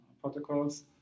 protocols